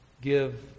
give